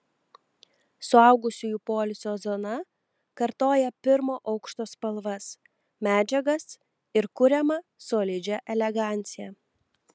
suaugusiųjų poilsio zona kartoja pirmo aukšto spalvas medžiagas ir kuriamą solidžią eleganciją